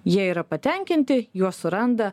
jie yra patenkinti juos suranda